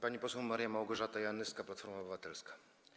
Pani poseł Maria Małgorzata Janyska, Platforma Obywatelska.